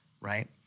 right